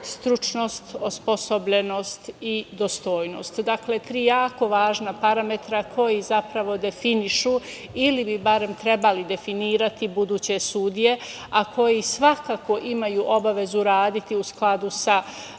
stručnost, osposobljenost i dostojnost. Dakle, tri jako važna parametra koji zapravo definišu ili bi barem trebali definirati buduće sudije, a koji svakako imaju obavezu raditi u skladu sa